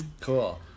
Cool